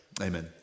Amen